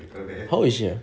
how old is she ah